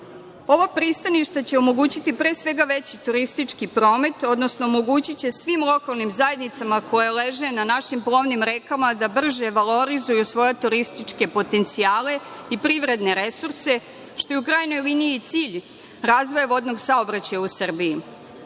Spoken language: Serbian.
Ova pristaništa će omogućiti pre svega veći turistički promet, odnosno omogućiće svim lokalnim zajednicama koje leže na našim plovnim rekama da brže valorizuju svoje turističke potencijale i privredne resurse, što je u krajnjoj liniji i cilj razvoja vodnog saobraćaja u Srbiji. Srbija